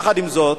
יחד עם זאת,